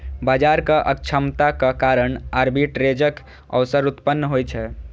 बाजारक अक्षमताक कारण आर्बिट्रेजक अवसर उत्पन्न होइ छै